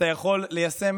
אתה יכול ליישם